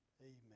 Amen